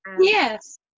yes